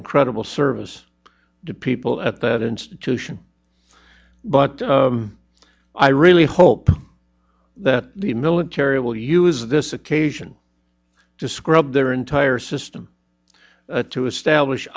incredible service to people at that institution but i really hope that the military will use this occasion to scrub their entire system to establish